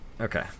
Okay